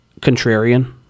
contrarian